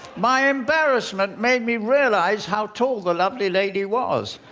my embarrassment made me realize how tall the lovely lady was.